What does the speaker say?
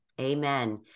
Amen